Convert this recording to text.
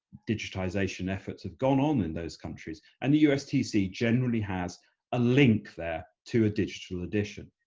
digitization efforts have gone on in those countries and the ustc generally has a link there to a digital edition.